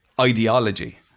ideology